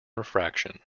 refraction